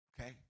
okay